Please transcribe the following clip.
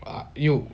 ah you